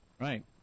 Right